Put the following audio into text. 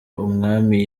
umwami